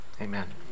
Amen